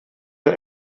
der